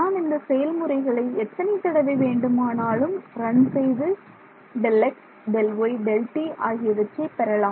நான் இந்த செயல்முறைகளை எத்தனை தடவை வேண்டுமானாலும் ரன் செய்து Δx Δy Δt ஆகியவற்றை பெறலாம்